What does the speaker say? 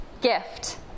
Gift